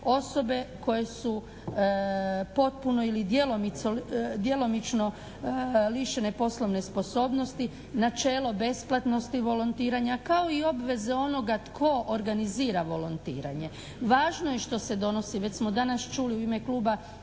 osobe koje su potpuno ili djelomično lišene poslovne sposobnosti, načelo besplatnosti volontiranja, kao i obveze onoga tko organizira volontiranje. Važno je što se donosi, već smo danas čuli u ime kluba